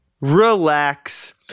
relax